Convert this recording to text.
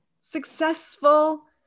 successful